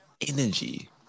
energy